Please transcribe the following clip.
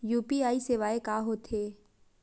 UPI सेवाएं हो थे का?